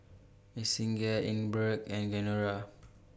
Yessenia Ingeborg and Genaro